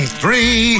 three